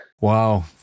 Wow